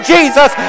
Jesus